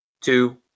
two